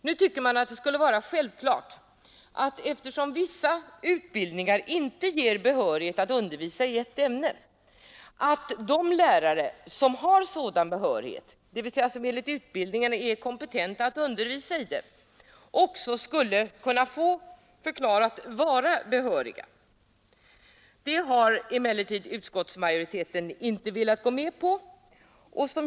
Nu tycker man att det skulle vara självklart att eftersom viss utbildning inte ovillkorligen ger behörighet att undervisa i ett ämne skulle de lärare som enligt utbildningen är kompetenta att undervisa i ämnet kunna förklaras vara behöriga. Det har emellertid utskottsmajoriteten inte velat gå med på.